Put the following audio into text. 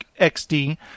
XD